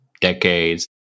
decades